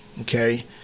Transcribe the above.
okay